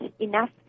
enough